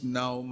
now